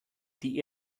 die